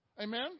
Amen